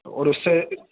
اور اس سے